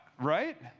Right